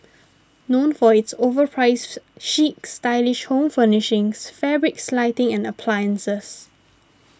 known for its overpriced chic stylish home furnishings fabrics lighting and appliances